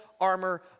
armor